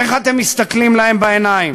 איך אתם מסתכלים להם בעיניים?